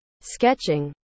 Sketching